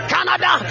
Canada